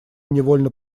невольно